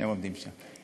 שניהם עובדים שם,